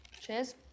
Cheers